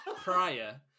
prior